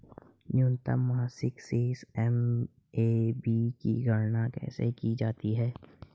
न्यूनतम मासिक शेष एम.ए.बी की गणना कैसे की जाती है?